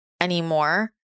anymore